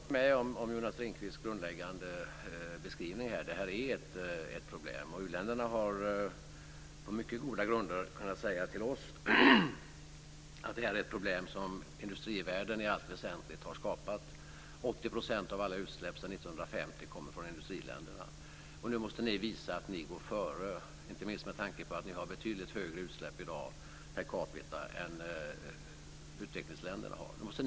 Fru talman! Jag instämmer i Jonas Ringqvists grundläggande beskrivning. Det här är ett problem, och u-länderna har på mycket goda grunder kunnat säga till oss att det här i allt väsentligt är ett problem som industrivärlden har skapat. 80 % av alla utsläpp sedan 1950 kommer från industriländerna - ni måste nu visa att ni går före, inte minst med tanke på att ni har betydligt högre utsläpp i dag per capita än vad utvecklingsländerna har.